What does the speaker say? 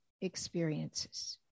experiences